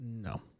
No